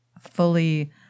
fully